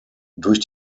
durch